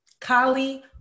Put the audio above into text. Kali